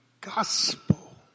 gospel